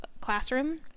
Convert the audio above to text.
classroom